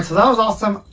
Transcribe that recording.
that was awesome!